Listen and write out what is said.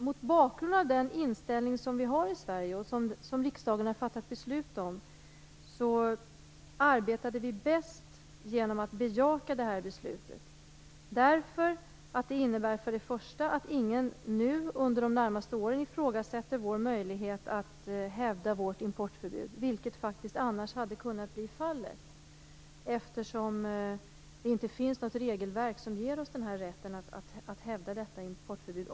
Mot bakgrund av den inställning som vi har i Sverige och som riksdagen har fattat beslut om, var det vår uppfattning att vi arbetade bäst genom att bejaka det här beslutet. Det innebär för det första att ingen nu under de närmaste åren ifrågasätter vår möjlighet att hävda vårt importförbud, vilket annars hade kunnat bli fallet, eftersom det inte finns något regelverk som ger oss rätten att hävda detta importförbud.